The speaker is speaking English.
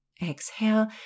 Exhale